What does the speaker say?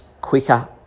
quicker